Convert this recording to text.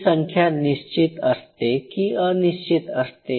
ही संख्या निश्चित असते की अनिश्चित असते